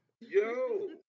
Yo